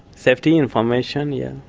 safety information, yes.